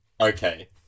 okay